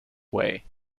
way